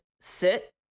sit